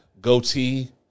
goatee